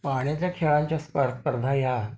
पाण्याच्या खेळांच्या स्पर्धा या